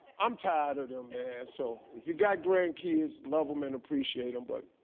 i'm tired of them man. so, if you got grandkids, love em and appreciate em but,